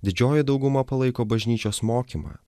didžioji dauguma palaiko bažnyčios mokymą